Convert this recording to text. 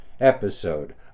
episode